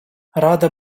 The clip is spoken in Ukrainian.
рада